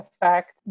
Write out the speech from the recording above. affect